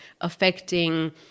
affecting